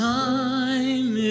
time